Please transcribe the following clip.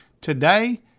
Today